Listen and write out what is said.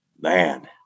Man